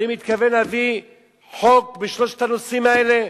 אני מתכוון להביא חוק בשלושת הנושאים האלה.